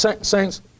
Saints